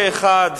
פה-אחד